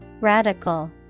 Radical